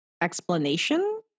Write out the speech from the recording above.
explanation